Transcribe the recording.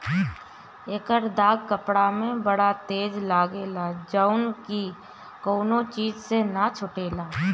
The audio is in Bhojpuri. एकर दाग कपड़ा में बड़ा तेज लागेला जउन की कवनो चीज से ना छुटेला